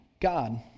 God